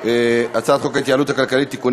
של הצעת חוק ההתייעלות הכלכלית (תיקוני